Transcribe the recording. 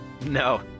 No